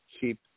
keep